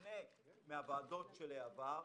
בשונה מן הוועדות של העבר,